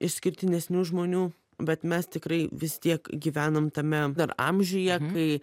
išskirtinesnių žmonių bet mes tikrai vis tiek gyvenam tame amžiuje kai